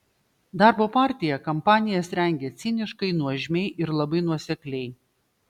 darbo partija kampanijas rengia ciniškai nuožmiai ir labai nuosekliai